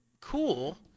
cool